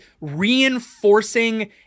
reinforcing